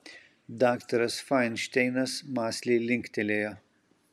daktaras fainšteinas mąsliai linktelėjo